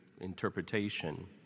interpretation